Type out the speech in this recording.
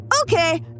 Okay